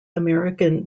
american